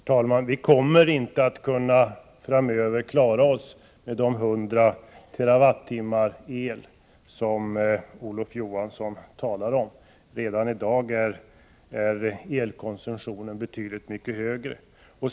Herr talman! Vi kommer framöver inte att kunna klara oss med de 100 TWh el som Olof Johansson talade om. Redan i dag är elkonsumtionen betydligt mycket högre.